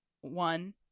one